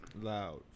Loud